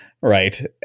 Right